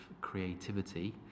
creativity